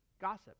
gossip